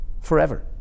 forever